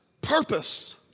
Purpose